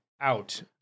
out